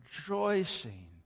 rejoicing